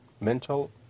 mental